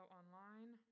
online